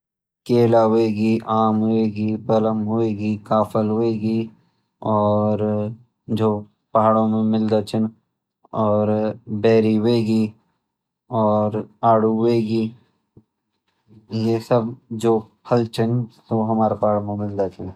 केला होएगी आम होएगी पलम होएगी काफल होएगी और जो पहाडों म मिल्द छन बेरी होएगी और आडू होएगी ये सब फल छन वो हमारा पहाडों म मिल्द छन।